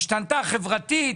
השתנתה חברתית,